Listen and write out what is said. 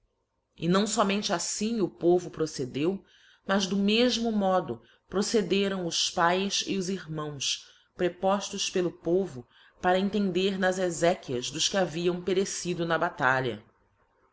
não fomente aflim o povo procedeu mas do mefmo modo procederam os pães e os irmãos prepoftos pelo povo para entender nas exéquias dos que haviam perecido na batalha